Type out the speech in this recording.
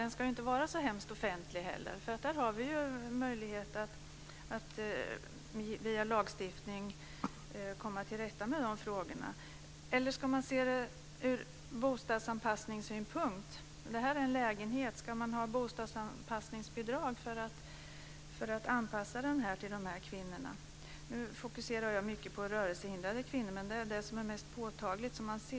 Den ska inte vara så hemskt offentlig heller. Där har vi möjligheter att via lagstiftning komma till rätta med frågorna. Eller ska man se det ur bostadsanpassningssynpunkt? Det handlar om en lägenhet. Ska man då få bostadsanpassningsbidrag för att anpassa den till de här kvinnorna? Nu fokuserar jag på de rörelsehindrade kvinnorna, men det är där som behovet är mest påtagligt och synligt.